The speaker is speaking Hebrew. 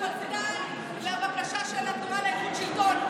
הביניים לבקשה של התנועה לאיכות השלטון,